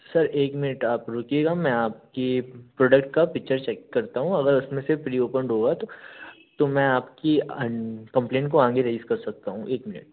sir एक minute आप रुकिएगा मैं आपके प्रोडक्ट का पिक्चर चेक करता हूँ अगर उसमें से प्री ओपन्ड होगा तो तो मैं आपकी कम्पलेंट को आगे रेज़ सकता हूॅं एक मिनट